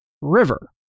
river